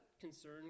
concern